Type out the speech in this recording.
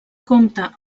compta